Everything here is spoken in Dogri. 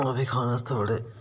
ओह् बी खान आस्तै बड़े